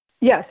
Yes